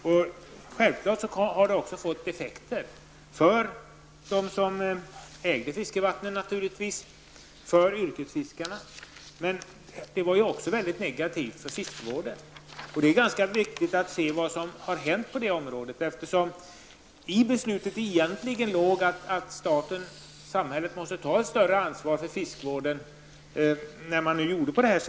Beslutet har naturligtvis också fått effekter för dem som äger fiskevatten liksom för yrkesfiskarna. Men beslutet var också mycket negativt för fiskevården. Det är ganska viktigt att se vad som har hänt på det området, eftersom det i beslutet egentligen låg att staten måste ta ett större ansvar för fiskevården.